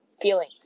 feeling